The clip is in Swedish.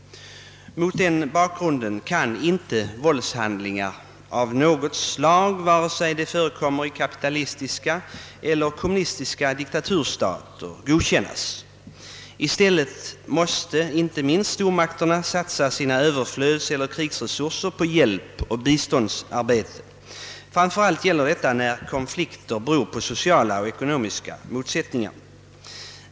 Mot den bakgrunden kan inte våldshandlingar av något slag, vare sig de förekommer i kapitalistiska eller kommunistiska diktaturstater, godkännas. I stället måste inte minst stormakterna satsa sina överflödseller krigsresurser på hjälpoch biståndsarbete. Framför allt gäller detta när konflikter beror på sociala och ekonomiska motsättningar.